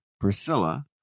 Priscilla